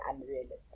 unrealistic